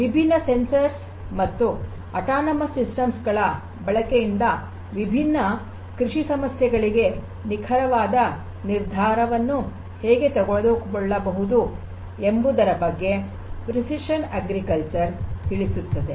ವಿಭಿನ್ನ ಸಂವೇದಕಗಳ ಮತ್ತು ಸ್ವಾಯತ್ತ ವ್ಯವಸ್ಥೆಗಳ ಬಳಕೆಯಿಂದ ವಿಭಿನ್ನ ಕೃಷಿ ಸಮಸ್ಯೆಗಳಿಗೆ ನಿಖರವಾದ ನಿರ್ಧಾರವನ್ನು ಹೇಗೆ ತೆಗೆದುಕೊಳ್ಳಬಹುದು ಎಂಬುದರ ಬಗ್ಗೆ ಪ್ರೆಸಿಷನ್ ಅಗ್ರಿಕಲ್ಚರ್ ತಿಳಿಸುತ್ತದೆ